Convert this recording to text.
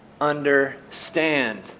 understand